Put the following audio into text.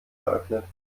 eröffnet